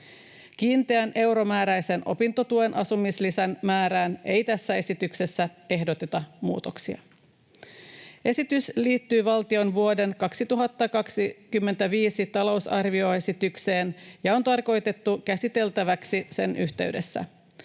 Kiinteän euromääräisen opintotuen asumislisän määrään ei tässä esityksessä ehdoteta muutoksia. Esitys liittyy valtion vuoden 2025 talousarvioesitykseen ja on tarkoitettu käsiteltäväksi sen yhteydessä.